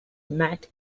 matt